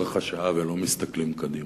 לצורך השעה, ולא מסתכלים קדימה.